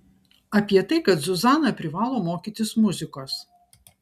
apie tai kad zuzana privalo mokytis muzikos